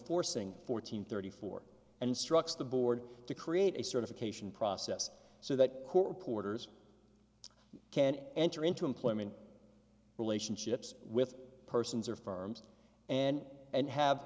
forcing fourteen thirty four and instructs the board to create a certification process so that corp orders can enter into employment relationships with persons or firms and and have